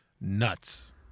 nuts